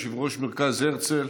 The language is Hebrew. יושבת-ראש מרכז הרצל,